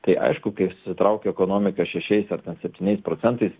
tai aišku kai susitraukia ekonomika šešiais ar ten septyniais procentais